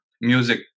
music